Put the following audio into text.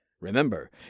Remember